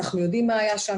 אנחנו יודעים מה היה שם,